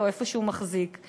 או איפה שהוא מחזיק אותו.